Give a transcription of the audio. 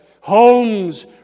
Homes